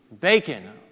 bacon